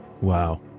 Wow